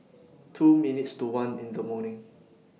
two minutes to one in The morning